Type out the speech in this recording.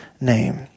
name